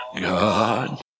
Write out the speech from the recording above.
God